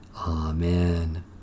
Amen